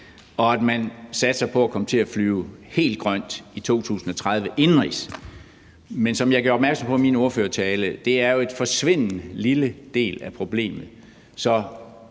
og at man satser på at komme til at flyve helt grønt indenrigs i 2030, men som jeg gjorde opmærksom på i min ordførertale, er det jo en forsvindende lille del af problemet.